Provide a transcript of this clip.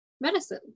medicine